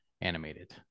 animated